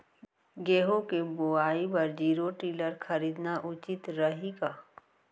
गेहूँ के बुवाई बर जीरो टिलर खरीदना उचित रही का?